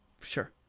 sure